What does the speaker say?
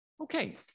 Okay